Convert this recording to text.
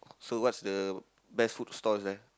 so what's the best food stalls there